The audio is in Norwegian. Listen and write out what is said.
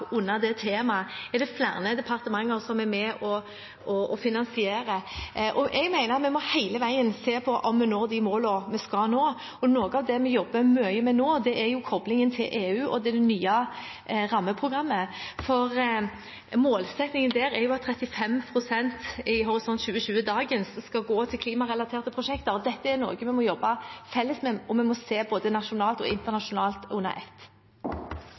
under dette temaet, er det flere departementer som er med på å finansiere. Jeg mener at vi hele veien må se på om vi når de målene vi skal nå. Noe av det vi jobber mye med nå, er koblingen til EU og det nye rammeprogrammet. Målsettingen der, i Horisont 2020, er at 35 pst. skal gå til klimarelaterte prosjekter, og dette er noe vi må jobbe felles med – vi må se både nasjonalt og internasjonalt under ett.